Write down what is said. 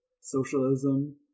socialism